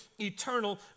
eternal